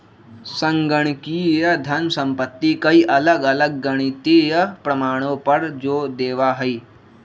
संगणकीय धन संपत्ति कई अलग अलग गणितीय प्रमाणों पर जो देवा हई